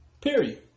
Period